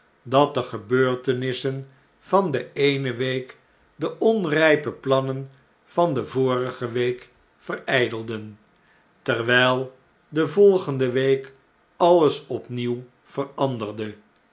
dat de gebeurtenissen van de eene week de onrijpe plannen van de vorige week verijdelden terwijl de volgende week alles opnieuw veranderde